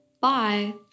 Bye